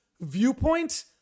viewpoint